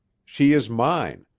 she is mine.